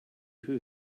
who